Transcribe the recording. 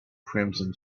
crimson